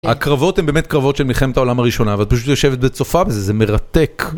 הקרבות הן באמת קרבות של מלחמת העולם הראשונה ואת פשוט יושבת וצופה בזה, זה מרתק.